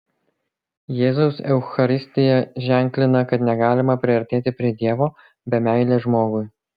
jėzaus eucharistija ženklina kad negalima priartėti prie dievo be meilės žmogui